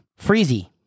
Freezy